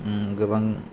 ओम गोबां